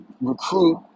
recruit